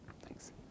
thanks